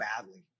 badly